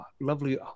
lovely